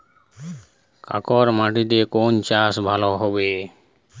কাঁকর মাটিতে কোন চাষ ভালো হবে?